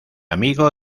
amigo